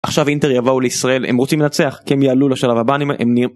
עכשיו אינטר יבואו לישראל, הם רוצים לנצח, כי הם יעלו לשלב הבא אני מניח...